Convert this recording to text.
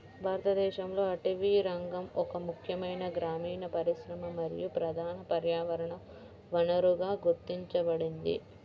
భారతదేశంలో అటవీరంగం ఒక ముఖ్యమైన గ్రామీణ పరిశ్రమ మరియు ప్రధాన పర్యావరణ వనరుగా గుర్తించబడింది